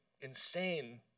insane